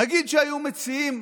נגיד שהיו מציעים,